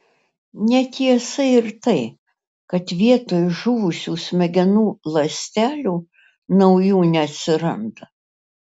netiesa ir tai kad vietoj žuvusių smegenų ląstelių naujų neatsiranda